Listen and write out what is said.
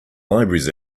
libraries